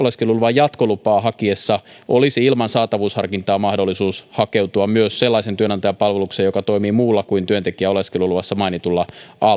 jatkolupaa hakiessaan olisi ilman saatavuusharkintaa mahdollisuus hakeutua myös sellaisen työnantajan palvelukseen joka toimii muulla kuin työntekijän oleskeluluvassa mainitulla alalla